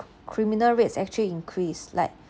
criminal rates actually increase like